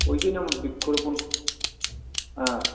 ওই জন্য আমার বৃক্ষরোপণ হ্যাঁ